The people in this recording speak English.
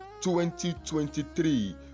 2023